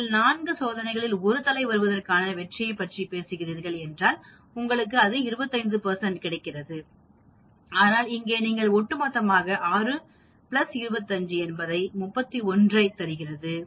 நீங்கள் 4 சோதனைகளில் 1 தலை வருவதற்கான வெற்றியைப் பற்றி பேசுகிறீர்கள் என்றால் உங்களுக்கு 25 கிடைக்கும் ஆனால் இங்கே நீங்கள் ஒட்டுமொத்தமாக 625 என்பது 31ஐ தருகிறது